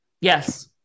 Yes